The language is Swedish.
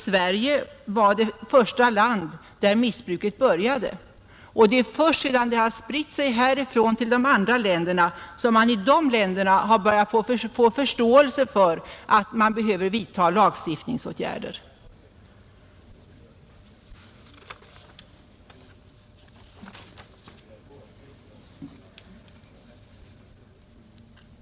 Sverige var det första land där missbruket började. Det är först sedan det har spritt sig härifrån till de andra länderna som man i dessa länder har börjat få förståelse för att man behöver vidta lagstiftningsåtgärder.